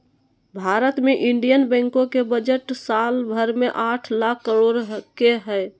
भारत मे इन्डियन बैंको के बजट साल भर मे आठ लाख करोड के हय